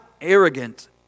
arrogant